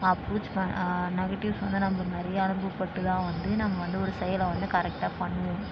பூச் பா நெகட்டிவ்ஸ் வந்து நம்ம நிறையா அனுபவப்பட்டு தான் வந்து நம்ம வந்து ஒரு செயலை வந்து கரெக்டாக பண்ணுவோம்